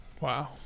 wow